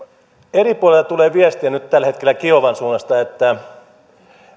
eri puolilta tulee viestiä nyt tällä hetkellä kiovan suunnasta että